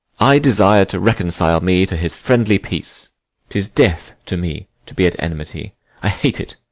i desire to reconcile me to his friendly peace tis death to me to be at enmity i hate it,